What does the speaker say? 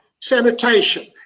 sanitation